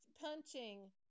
punching